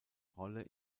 rolle